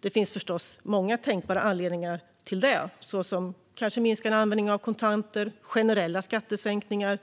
Det finns förstås många tänkbara anledningar till det, såsom kanske minskad användning av kontanter, generella skattesänkningar,